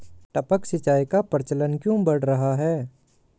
टपक सिंचाई का प्रचलन क्यों बढ़ रहा है?